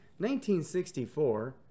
1964